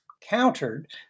countered